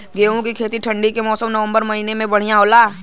गेहूँ के खेती ठंण्डी के मौसम नवम्बर महीना में बढ़ियां होला?